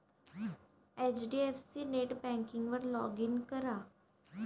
HDFC नेटबँकिंगवर log in करा